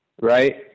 right